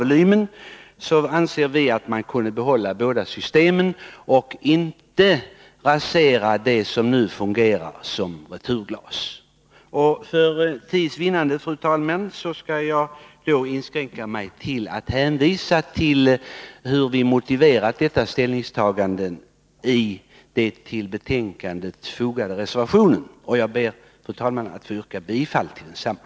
Vi anser att man kunde behålla båda systemen och att man inte skall rasera det nu fungerande systemet med returglas. För tids vinnande skall jag inskränka mig till att hänvisa till hur vi motiverat detta ställningstagande i den till betänkandet fogade reservationen, och jag ber, fru talman, att få yrka bifall till densamma.